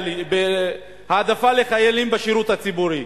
להעדפה לחיילים בשירות הציבורי,